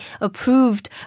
approved